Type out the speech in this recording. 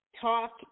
Talk